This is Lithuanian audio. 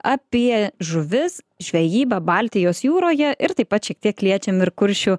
apie žuvis žvejybą baltijos jūroje ir taip pat šiek tiek liečiam ir kuršių